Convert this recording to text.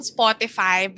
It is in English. Spotify